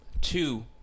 two